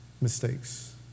mistakes